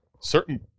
certain